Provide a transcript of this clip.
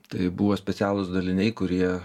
tai buvo specialūs daliniai kurie